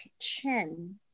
chin